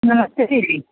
नमस्ते दीदी